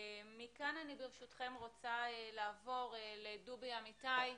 מכאן אני רוצה לעבור, ברשותכם, לדובי אמיתי,